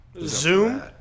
Zoom